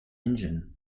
engine